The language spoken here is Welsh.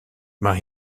mae